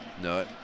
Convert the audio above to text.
No